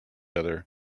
other